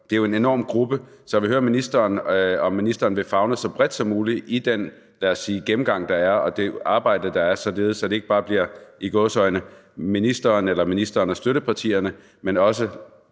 Det er jo en enorm gruppe. Så jeg vil høre ministeren, om ministeren vil favne så bredt som muligt i den, lad os sige gennemgang, der er, og det arbejde, der er, således at det ikke bare bliver – i gåseøjne – ministeren eller ministerens støttepartier, men også